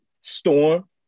storm